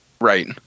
Right